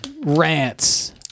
rants